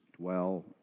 dwell